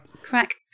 crack